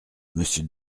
monsieur